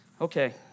Okay